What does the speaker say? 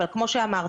אבל כמו שאמרת